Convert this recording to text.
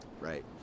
right